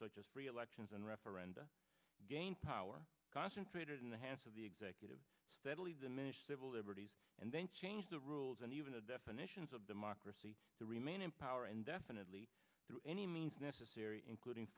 such as free elections and referenda gain power concentrated in the hands of the executive steadily diminish civil liberties and then change the rules and even the definitions of democracy to remain in power and definitely through any means necessary including